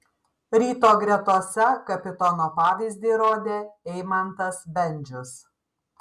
ryto gretose kapitono pavyzdį rodė eimantas bendžius